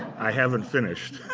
i haven't finished.